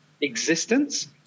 existence